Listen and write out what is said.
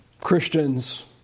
Christians